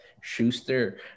Schuster